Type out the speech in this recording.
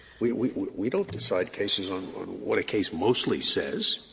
we we we don't decide cases on what a case mostly says.